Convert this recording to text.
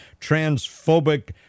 transphobic